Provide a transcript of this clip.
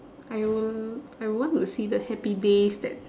I will I want to see the happy days that